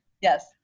yes